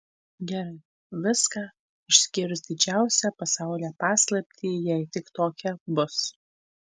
gerai viską išskyrus didžiausią pasaulyje paslaptį jei tik tokia bus